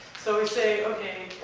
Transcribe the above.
so we say,